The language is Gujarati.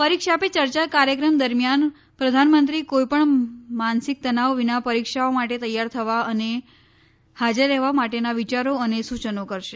પરીક્ષા પે ચર્ચા કાર્યક્રમ દરમિયાન પ્રધાનમંત્રી કોઈપણ માનસિક તનાવ વિના પરીક્ષાઓ માટે તૈયાર થવા અને હાજર રહેવા માટેના વિચારો અને સૂચનો કરશે